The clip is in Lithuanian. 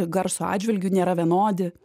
garso atžvilgiu nėra vienodi